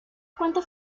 cuantas